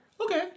Okay